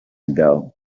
ago